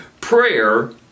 Prayer